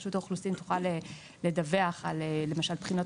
רשות האוכלוסין תוכל לדווח על למשל בחינות